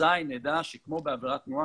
אזי נדע שכמו בעבירת תנועה,